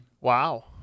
Wow